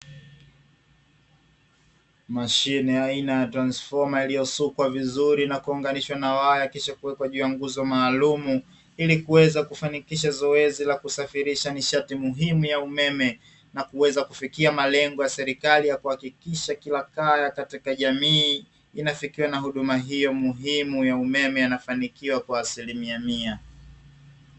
Mashine aina ya transifoma iliyosukwa vizuri na kuunganishwa na waya kisha kuwekwa juu ya nguzo maalumu, ili kuweza kufanikisha zoezi la kusafirisha nishati muhimu ya umeme. Na kuweza kufikia malengo ya serikali ya kuhakikisha kila kaya katika jamii inafikiwa na huduma hiyo muhimu ya umeme inafanikiwa kwa asilimia mia.